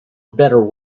better